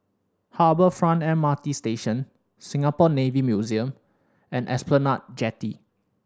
Harbour Front M R T Station Singapore Navy Museum and Esplanade Jetty